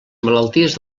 malalties